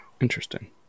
Interesting